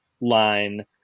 line